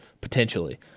potentially